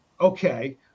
Okay